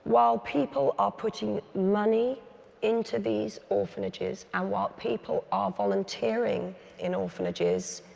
while people are putting money into these orphanages, and while people are volunteering in orphanages,